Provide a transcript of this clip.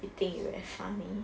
you think you very funny